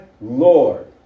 Lord